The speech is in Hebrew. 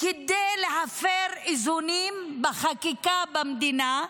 כדי להפר איזונים בחקיקה במדינה.